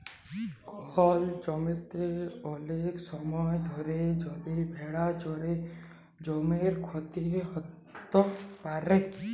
call জমিতে ওলেক সময় ধরে যদি ভেড়া চরে জমির ক্ষতি হ্যত প্যারে